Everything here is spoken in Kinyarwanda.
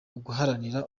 uguharanira